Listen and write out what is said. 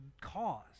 cause